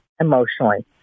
emotionally